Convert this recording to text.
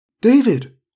David